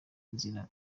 inzira